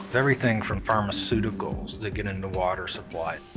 everything from pharmaceuticals that get in the water supply.